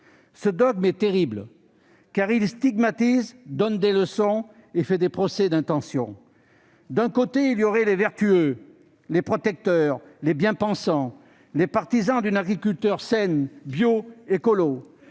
Ce dogme est terrible, car il stigmatise, il donne des leçons, il mène des procès d'intention : d'un côté, il y aurait les vertueux, les protecteurs, les bien-pensants, les partisans d'une agriculture saine, bio, écolo